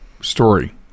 story